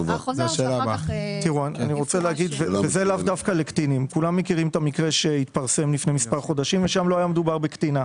שבו לא היה מדובר בקטינה.